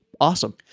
awesome